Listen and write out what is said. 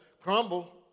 crumble